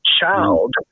child